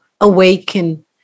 awaken